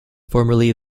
formerly